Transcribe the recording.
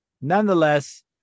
nonetheless